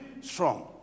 strong